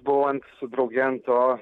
buvo ant sudraugento